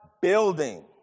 building